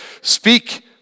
speak